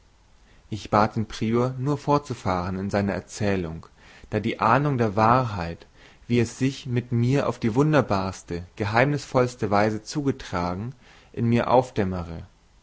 ich bat den prior nur fortzufahren in seiner erzählung da die ahnung der wahrheit wie es sich mit mir auf die wunderbarste geheimnisvollste weise zugetragen in mir aufdämmere